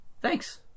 Thanks